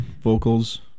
vocals